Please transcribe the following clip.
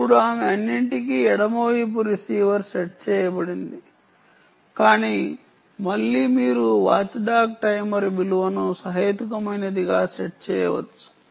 ఇప్పుడు ఆమె అన్నింటికీ ఎడమ వైపు రిసీవర్ సెట్ చేయబడింది కానీ మళ్ళీ మీరు వాచ్ డాగ్ టైమర్ విలువను సహేతుకమైనదిగా సెట్ చేయవచ్చు